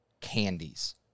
candies